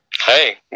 Hey